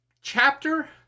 Chapter